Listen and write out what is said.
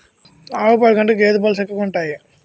ఆవు పాలు కంటే గేద పాలు సిక్కగుంతాయి